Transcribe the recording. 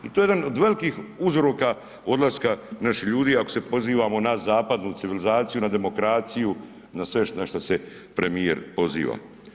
I to je jedan od velikih uzroka odlaska naših ljudi ako se pozivamo na zapadnu civilizaciju, na demokraciju na sve što premijer poziva.